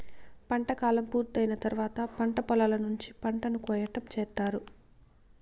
పంట కాలం పూర్తి అయిన తర్వాత పంట పొలాల నుంచి పంటను కోయటం చేత్తారు